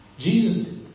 Jesus